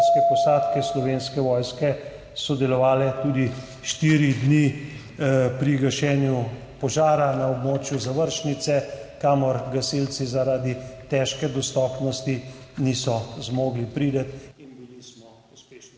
helikopterske posadke Slovenske vojske sodelovale tudi štiri dni pri gašenju požara na območju Završnice, kamor gasilci zaradi težke dostopnosti niso zmogli priti, in bili smo uspešni.